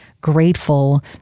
grateful